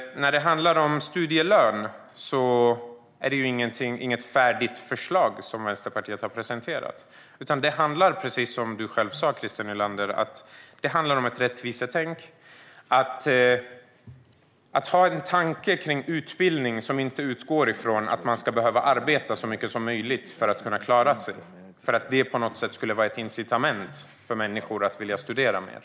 När det handlar om studielön är det inte något färdigt förslag som Vänsterpartiet har presenterat. Precis som du själv sa, Christer Nylander, handlar det om ett rättvisetänk och om att ha en tanke om utbildning som inte utgår ifrån att människor ska behöva arbeta så mycket som möjligt för att kunna klara sig för att det på något sätt skulle vara ett incitament för människor att vilja studera mer.